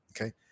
okay